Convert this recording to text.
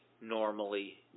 normally